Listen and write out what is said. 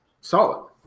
solid